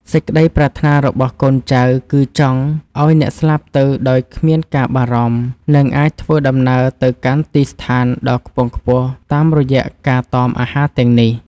សេចក្តីប្រាថ្នារបស់កូនចៅគឺចង់ឱ្យអ្នកស្លាប់ទៅដោយគ្មានការបារម្ភ និង អាចធ្វើដំណើរទៅកាន់ទីស្ថានដ៏ខ្ពង់ខ្ពស់តាមរយៈការតមអាហារទាំងនេះ។